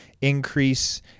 Increase